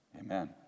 Amen